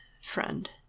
friend